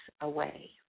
away